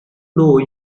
know